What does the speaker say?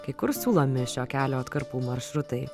kai kur siūlomi šio kelio atkarpų maršrutai